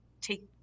take